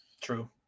True